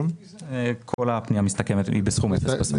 כל הפנייה בסוף מסתכמת בסכום אפס.